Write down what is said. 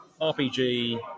RPG